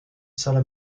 salle